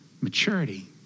maturity